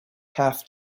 have